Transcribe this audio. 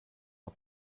har